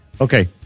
Okay